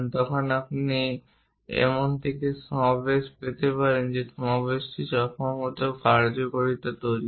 তখন আপনি এমন একটি সমাবেশ পেতে পারেন যে সমাবেশটি চশমার মতো কার্যকারিতা তৈরি করে